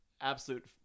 absolute